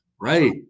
Right